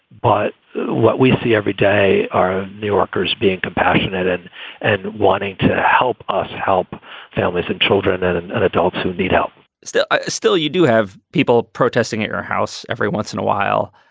but what we see every day are new yorkers being compassionate and and wanting to help us help families and children and and adults who need help still ah still, you do have people protesting at your house every once in a while.